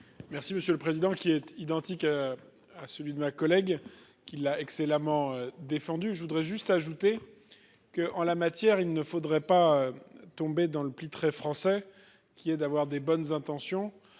Merci monsieur le président, qui est identique. À celui de ma collègue qui l'a excellemment défendu, je voudrais juste ajouter. Que en la matière, il ne faudrait pas tomber dans le pli très français qui est d'avoir des bonnes intentions.